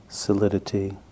solidity